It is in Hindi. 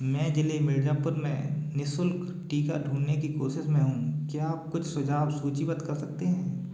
मैं ज़िले मिर्ज़ापुर में निःशुल्क टीका ढूंढने की कोशिश में हूँ क्या आप कुछ सुझाव सूचीबद्ध कर सकते हैं